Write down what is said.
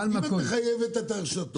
אם את מחייבת את הרשתות,